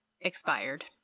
expired